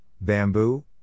bamboo